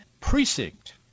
precinct